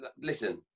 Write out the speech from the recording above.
listen